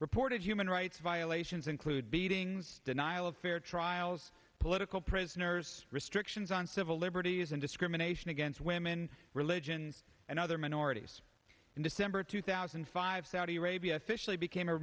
reported human rights violations include beatings denial of fair trials political prisoners restrictions on civil liberties and discrimination against women religion and other minorities in december two thousand and five saudi arabia officially became a